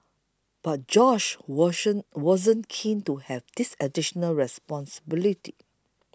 but Josh washing wasn't keen to have this additional responsibility